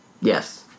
Yes